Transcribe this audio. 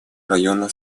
района